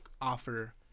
offer